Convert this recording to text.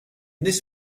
this